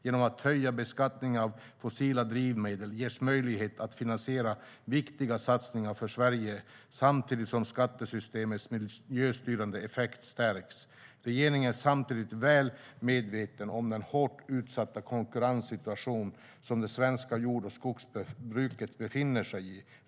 Genom att höja beskattningen av fossila drivmedel ges möjlighet att finansiera viktiga satsningar för Sverige samtidigt som skattesystemets miljöstyrande effekt stärks. Regeringen är samtidigt väl medveten om den hårt utsatta konkurrenssituation som det svenska jord och skogsbruket befinner sig i.